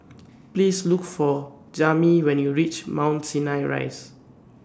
Please Look For Jami when YOU REACH Mount Sinai Rise